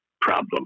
problem